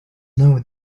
know